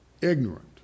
ignorant